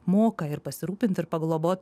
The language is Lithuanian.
moka ir pasirūpint ir paglobot